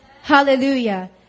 Hallelujah